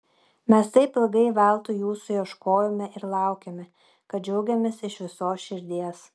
mes taip ilgai veltui jūsų ieškojome ir laukėme kad džiaugiamės iš visos širdies